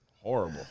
horrible